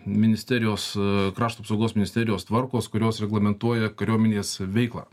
ministerijos krašto apsaugos ministerijos tvarkos kurios reglamentuoja kariuomenės veiklą